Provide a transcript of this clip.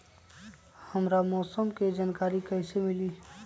हमरा मौसम के जानकारी कैसी मिली?